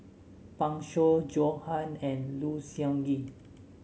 Pan Shou Joan Hon and Low Siew Nghee